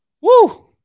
Woo